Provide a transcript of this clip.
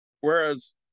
Whereas